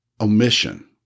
omission